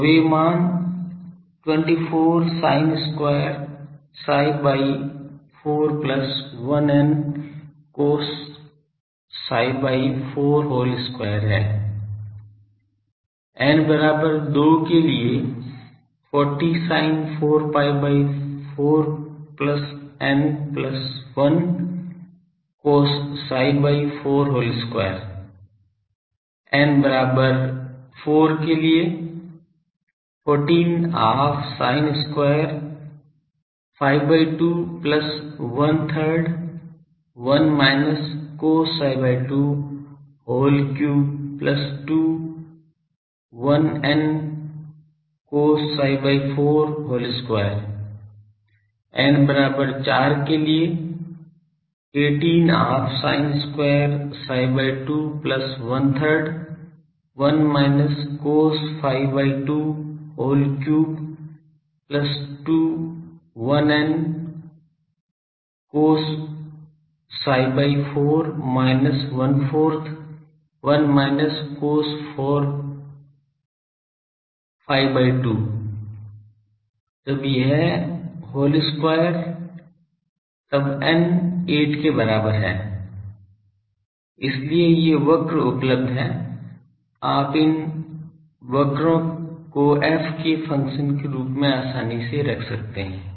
तो वे मान 24 sin square psi by 4 plus l n cos psi by 4 whole square हैं n बराबर 2 के लिए 40 sin 4 phi by 4 plus l n cos psi by 4 whole square n बराबर 4 के लिए 14 half sin square phi by 2 plus one third 1 minus cos psi by 2 whole cube plus 2 l n cos psi by 4 whole square n बराबर 4 के लिए 18 half sin square phi by 2 plus one third 1 minus cos phi by 2 whole cube plus 2 l n cos psi by 4 minus one fourth 1 minus cos 4 phi by 2 जब यह whole square तब n 8 के बराबर है इसलिए ये वक्र उपलब्ध हैं आप इन वक्रों को f के फ़ंक्शन के रूप में आसानी से रख सकते हैं